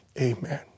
Amen